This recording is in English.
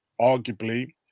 arguably